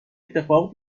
اتفاق